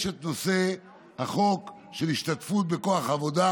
יש את החוק של השתתפות בכוח העבודה,